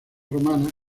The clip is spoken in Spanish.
romanas